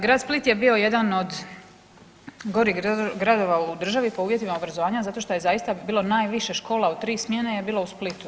Grad Split je bio jedan od gorih gradova u državi po uvjetima obrazovanja zato što je zaista bilo najviše škola u 3 smjene je bilo u Splitu.